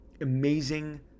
amazing